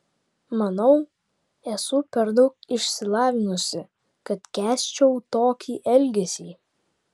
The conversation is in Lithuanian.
manau esu per daug išsilavinusi kad kęsčiau tokį elgesį